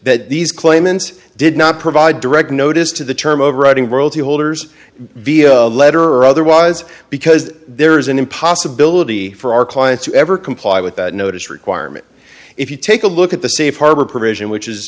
that these claimants did not provide direct notice to the term overriding royalty holders via a letter or otherwise because there is an impossibilities for our clients to ever comply with that notice requirement if you take a look at the safe harbor provision which is